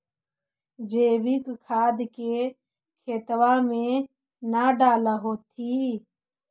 जैवीक खाद के खेतबा मे न डाल होथिं?